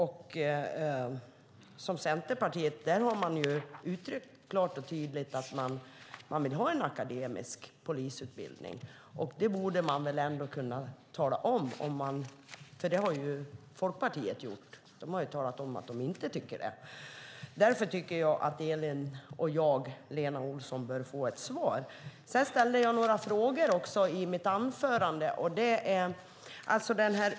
Centerpartiet har klart och tydligt uttryckt att man vill ha en akademisk polisutbildning. Det borde man ändå kunna tala om. Det har Folkpartiet gjort. De har talat om att de inte tycker det. Därför bör Elin Lundgren och jag, Lena Olsson, få ett svar. Jag ställde några frågor i mitt anförande.